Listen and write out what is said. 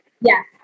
yes